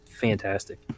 fantastic